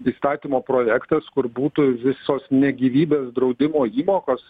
įstatymo projektas kur būtų visos ne gyvybės draudimo įmokos